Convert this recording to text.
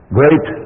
great